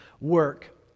work